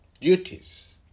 duties